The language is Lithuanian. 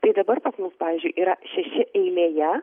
tai dabar pas mus pavyzdžiui yra šeši eilėje